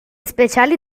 speciali